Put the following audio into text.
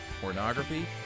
pornography